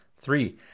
Three